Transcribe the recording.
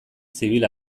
zibil